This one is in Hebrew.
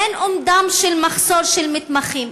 אין אומדן של מחסור של מתמחים,